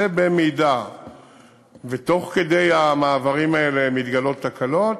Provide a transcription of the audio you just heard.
במידה שתוך כדי המעברים האלה מתגלות תקלות,